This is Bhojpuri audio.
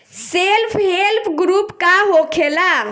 सेल्फ हेल्प ग्रुप का होखेला?